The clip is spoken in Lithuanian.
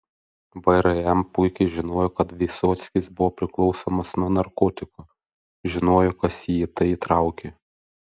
vrm puikiai žinojo kad vysockis buvo priklausomas nuo narkotikų žinojo kas jį į tai įtraukė